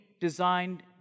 designed